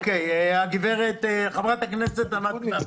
חברת הכנסת ענת כנפו.